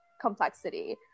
complexity